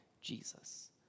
Jesus